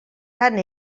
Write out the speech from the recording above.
tant